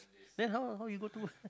then how how you go to work